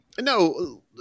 No